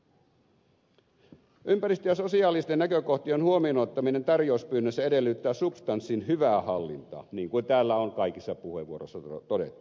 ympäristö ja sosiaalisten näkökohtien huomioon ottaminen tarjouspyynnöissä edellyttää substanssin hyvää hallintaa niin kuin täällä on kaikissa puheenvuoroissa todettu